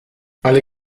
alle